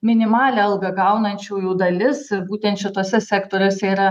minimalią algą gaunančiųjų dalis būtent šituose sektoriuose yra